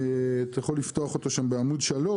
אתה יכול לפתוח אותו בעמוד 3,